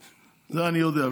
את זה אני יודע,